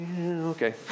Okay